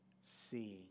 seeing